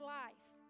life